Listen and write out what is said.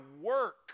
work